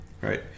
right